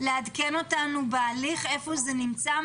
לעדכן בהליך איפה הוא נמצא,